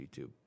YouTube